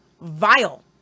vile